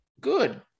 good